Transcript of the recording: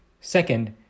Second